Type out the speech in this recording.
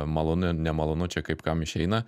malonu nemalonu čia kaip kam išeina